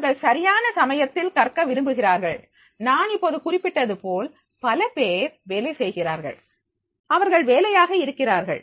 அவர்கள் சரியான சமயத்தில் கற்க விரும்புகிறார்கள் நான் இப்போது குறிப்பிட்டதுபோல் பல பேர் வேலை செய்கிறார்கள் அவர்கள் வேலையாக இருக்கிறார்கள்